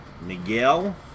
Miguel